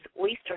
Oyster